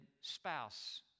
spouse